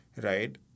right